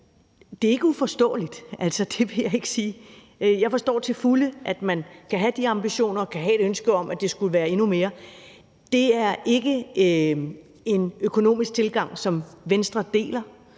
det er, for jeg forstår til fulde, at man kan have de ambitioner, og at man kan have et ønske om, at det skulle være endnu mere. Det er ikke en økonomisk tilgang, som Venstre deler,